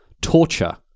torture